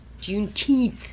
Juneteenth